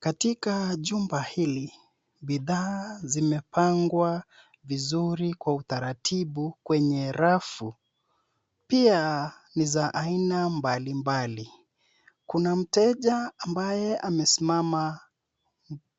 Katika jumba, hili bidhaa zimepangwa vizuri kwa utaratibu kwenye rafu, pia ni za aina mbali mbali. Kuna mteja ambaye amesimama